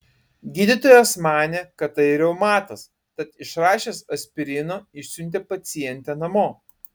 gydytojas manė kad tai reumatas tad išrašęs aspirino išsiuntė pacientę namo